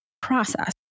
process